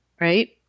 right